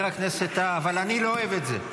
אבל אני לא אוהב את זה.